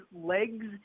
legs